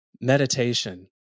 meditation